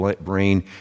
brain